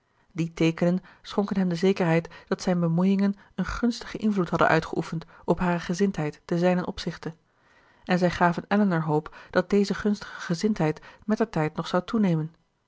die teekenen schonken hem de zekerheid dat zijne bemoeiingen een gunstigen invloed hadden uitgeoefend op hare gezindheid te zijnen opzichte en zij gaven elinor hoop dat deze gunstige gezindheid mettertijd nog zou toenemen